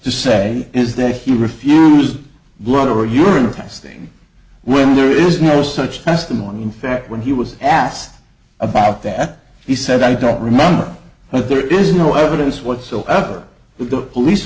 to say is that he refused blower urine testing when there is no such testimony in fact when he was asked about that he said i don't remember but there is no evidence whatsoever that the police